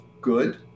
good